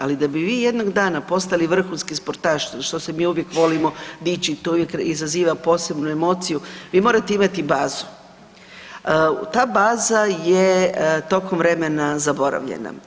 Ali da bi vi jednog dana postali vrhunski sportaš što se mi uvijek volimo dičit to uvijek izaziva posebnu emociju, vi morate imati bazu, ta baza je tokom vremena zaboravljena.